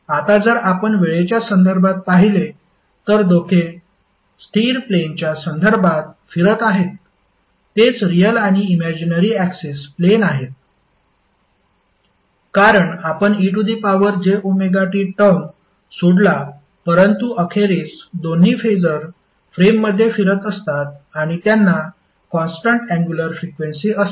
आता जर आपण वेळेच्या संदर्भात पाहिले तर दोघे स्थिर प्लेनच्या संदर्भात फिरत आहेत तेच रिअल आणि इमॅजीनरी ऍक्सिस प्लेन आहेत कारण आपण ejωt टर्म सोडला परंतु अखेरीस दोन्ही फेसर फ्रेममध्ये फिरत असतात आणि त्यांना कॉन्स्टन्ट अँगुलर फ्रिक्वेन्सी असते